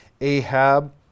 Ahab